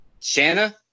Shanna